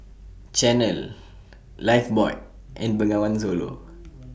Chanel Lifebuoy and Bengawan Solo